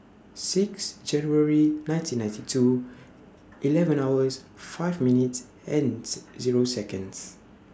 six January nineteen ninety two eleven hours five minutes ends Zero Seconds